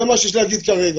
זה מה שיש לי להגיד כרגע.